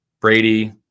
Brady